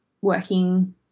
working